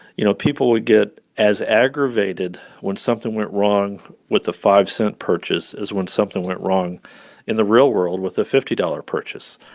you know, people would get as aggravated when something went wrong with a five cent purchase as when something went wrong in the real world with a fifty dollars purchase